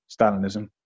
Stalinism